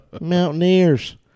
Mountaineers